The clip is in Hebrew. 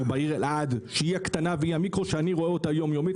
בעיר אלעד שהיא הקטנה והיא המיקרו שאני רואה אותו יום-יומית,